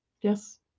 Yes